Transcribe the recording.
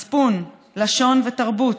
מצפון, לשון ותרבות,